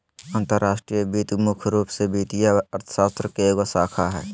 अंतर्राष्ट्रीय वित्त मुख्य रूप से वित्तीय अर्थशास्त्र के एक शाखा हय